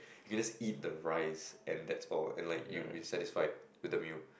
you can just eat the rice and that's all and like you will be satisfied with the meal